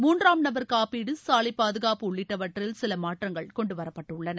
மூன்றாம் நபர் காப்பீடு சாலை பாதுகாப்பு உள்ளிட்டவற்றில் சில மாற்றங்கள் கொன்டுவரப்பட்டுள்ளன